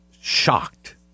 shocked